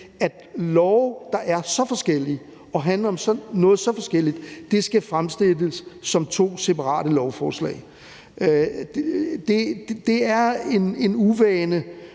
at lovforslag, der er så forskellige og handler om så forskellige ting, skal fremsættes som to separate lovforslag. Det er en uvane